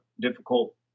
difficult